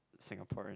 Singaporean